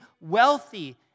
wealthy